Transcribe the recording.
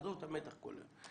עזוב את המתח כל היום.